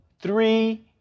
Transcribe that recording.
three